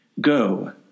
Go